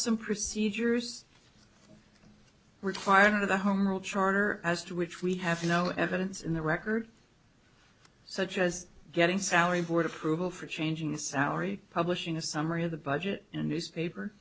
some procedures required under the home rule charter as to which we have no evidence in the record such as getting salary board approval for changing salary publishing a summary of the budget a newspaper